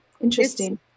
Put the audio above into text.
interesting